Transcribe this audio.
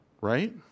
right